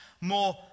more